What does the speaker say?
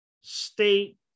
state